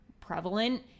prevalent